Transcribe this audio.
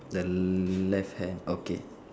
the left hand okay